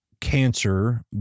cancer